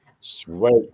Sweet